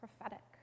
prophetic